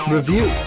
Review